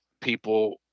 people